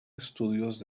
estudios